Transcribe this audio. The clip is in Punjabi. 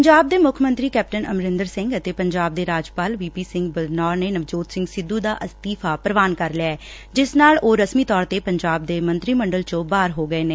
ਪੰਜਾਬ ਦੇ ਮੁੱਖ ਮੰਤਰੀ ਕੈਪਟਨ ਅਮਰਿੰਦਰ ਸਿੰਘ ਅਤੇ ਪੰਜਾਬ ਦੇ ਰਾਜਪਾਲ ਵੀ ਪੀ ਸਿੰਘ ਬਦਨੌਰ ਨੇ ਨਵਜੋਤ ਸਿੰਘ ਸਿੱਧੁ ਦਾ ਅਸਤੀਫਾ ਪੁਵਾਨ ਕਰ ਲਿਐ ਜਿਸ ਨਾਲ ਉਹ ਰਸਮੀ ਤੌਰ ਤੇ ਪੰਜਾਬ ਦੇ ਮੰਤਰੀ ਮੰਡਲ ਚੋਂ ਬਾਹਰ ਹੋ ਗਏ ਨੇ